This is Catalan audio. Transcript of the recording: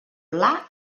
pla